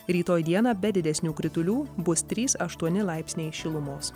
rytoj dieną be didesnių kritulių bus trys aštuoni laipsniai šilumos